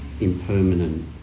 impermanent